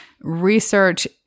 research